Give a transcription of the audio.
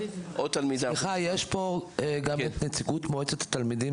סליחה יש פה גם את נציגות מועצת התלמידים